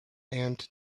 and